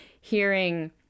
hearing